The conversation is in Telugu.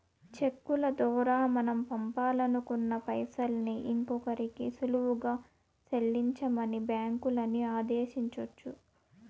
చెక్కుల దోరా మనం పంపాలనుకున్న పైసల్ని ఇంకోరికి సులువుగా సెల్లించమని బ్యాంకులని ఆదేశించొచ్చు